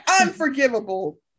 unforgivable